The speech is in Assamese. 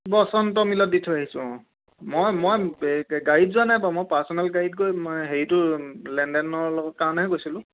বচন্ত মিলত দি থৈ আহিছোঁ মই মই গাড়ীত যোৱা নাই বাৰু মই পাৰ্চনেল গাড়ীত গৈ মই হেৰিটো লেনদেনৰ লগৰ কাৰণেহে কৈছিলোঁ